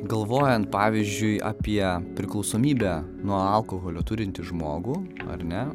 galvojant pavyzdžiui apie priklausomybę nuo alkoholio turintį žmogų ar ne